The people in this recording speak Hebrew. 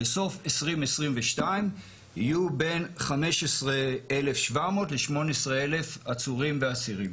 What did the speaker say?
בסוף 2022 יהיו בין 15,700 ל-18,000 עצורים ואסירים.